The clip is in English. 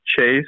Chase